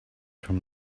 from